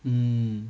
mm